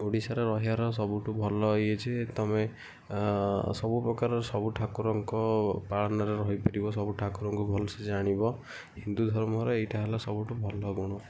ଓଡ଼ିଶାରେ ରହିବାର ସବୁଠୁ ଭଲ ଏଇଆ ଯେ ତମେ ସବୁ ପ୍ରକାରର ସବୁ ଠାକୁରଙ୍କ ପାଳନରେ ରହିପାରିବ ସବୁ ଠାକୁରଙ୍କୁ ଭଲସେ ଜାଣିବ ହିନ୍ଦୁ ଧର୍ମର ଏଇଟା ହେଲା ସବୁଠୁ ଭଲ ଗୁଣ